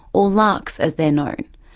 or larcs as they're known.